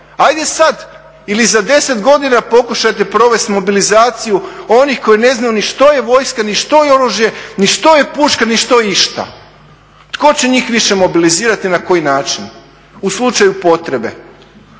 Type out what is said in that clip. Ajde sada ili za 10 godina pokušajte provesti mobilizaciju onih koji ne znaju ni što je vojska, oružje, ni što je puška, ni što je išta. Tko će njih mobilizirati i na koji način u slučaju potrebe?